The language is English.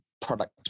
product